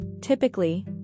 Typically